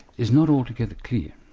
is not altogether clear.